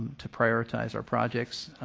to prioritize our projects.